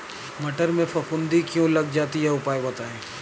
मटर में फफूंदी क्यो लग जाती है उपाय बताएं?